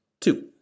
two